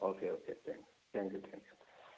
okay okay thanks thank you thank you